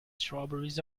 strawberries